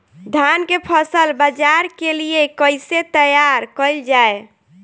धान के फसल बाजार के लिए कईसे तैयार कइल जाए?